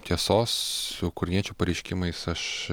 tiesos su ukrainiečių pareiškimais aš